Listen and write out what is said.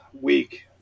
week